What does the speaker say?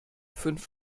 fünf